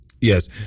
yes